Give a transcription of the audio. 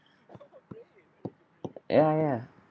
ya ya